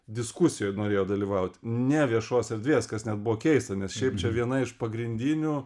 diskusijoj norėjo dalyvaut ne viešos erdvės kas net buvo keista nes šiaip čia viena iš pagrindinių